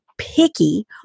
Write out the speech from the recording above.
picky